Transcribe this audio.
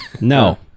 No